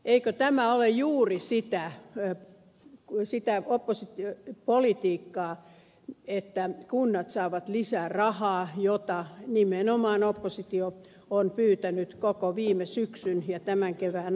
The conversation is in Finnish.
eikö tämä ole juuri sitä politiikkaa että kunnat saavat lisää rahaa jota nimenomaan oppositio on pyytänyt koko viime syksyn ja tämän kevään ajan